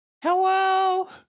Hello